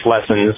lessons